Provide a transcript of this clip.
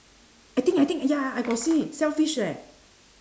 I think I think ya I got see sell fish leh